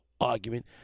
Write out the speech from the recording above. Argument